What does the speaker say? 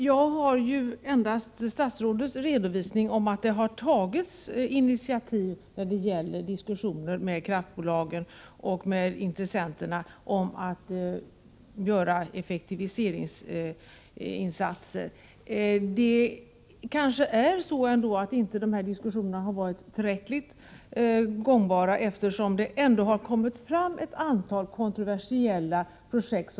Herr talman! Jag har endast tillgång till statsrådets redovisning att det har tagits initiativ till diskussioner med kraftbolagen och andra intressenter om att göra effektiviseringsinsatser. Det kanske är så att de diskussionerna inte har varit tillräckligt gångbara, eftersom det ändå har kommit fram ett antal kontroversiella projekt.